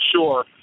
sure